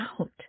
out